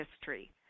history